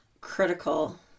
critical